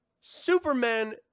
Superman